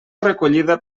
recollida